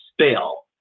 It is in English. spell